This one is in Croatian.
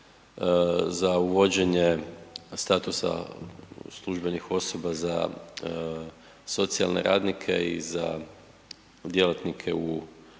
za uvođenje statusa službenih osoba za socijalne radnike i za djelatnike u